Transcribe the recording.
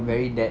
very that